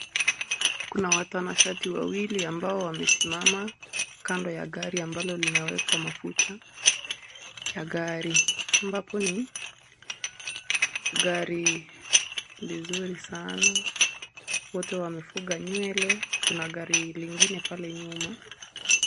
Kuna watanashati wawili ambao wamesimama kando ya gari ambalo linawekwa mafuta ya gari ambapo ni gari lizuri sana. Wote wamefuga nywele. Kuna gari lingine pale nyuma.